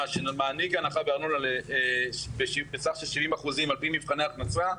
שמעניק הנחה בארנונה בסך של 70% על פי מבחני הכנסה,